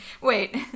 Wait